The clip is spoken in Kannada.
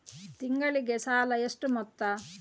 ತಿಂಗಳಿಗೆ ಸಾಲ ಎಷ್ಟು ಮೊತ್ತ?